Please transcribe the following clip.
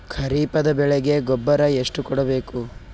ಖರೀಪದ ಬೆಳೆಗೆ ಗೊಬ್ಬರ ಎಷ್ಟು ಕೂಡಬೇಕು?